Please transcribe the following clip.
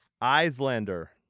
Islander